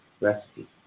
recipe